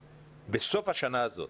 בסוף השנה הזאת